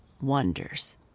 wonders